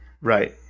Right